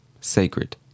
Sacred